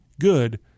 good